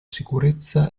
sicurezza